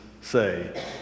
say